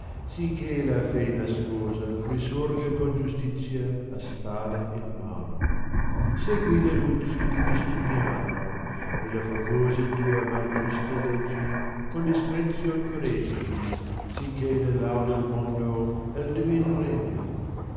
che la fé nascosa resurga con giustìzia a spada in mano segui le luci di giustiniano le focose tue mal giuste leggi con discrezion correggi sì che le laudi u mondo e l divin regno